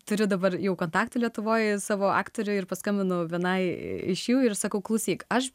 turi dabar jau kontaktą lietuvoj savo aktoriui ir paskambinau vienai iš jų ir sakau klausyk aš